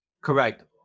Correct